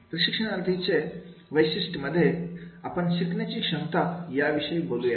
प्रशिक्षणार्थींच्या वैशिष्ट मध्ये आपण शिकण्याची क्षमता या विषयी बोलूया